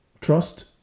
trust